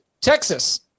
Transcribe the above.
Texas